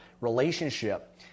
relationship